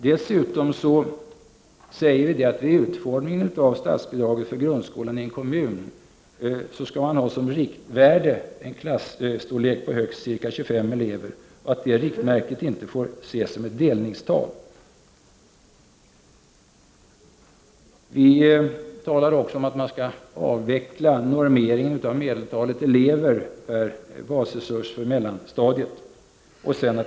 Dessutom säger vi att vid utformningen av statsbidraget för grundskolan i en kommun skall man som riktmärke ha en klasstorlek på högst ca 25 elever, och det riktmärket får inte ses som ett delningstal. Vi talar också om att man skall avveckla normeringen av medeltalet elever per basresurs för mellanstadiet.